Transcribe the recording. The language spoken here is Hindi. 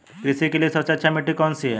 कृषि के लिए सबसे अच्छी मिट्टी कौन सी है?